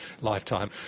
lifetime